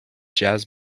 jazz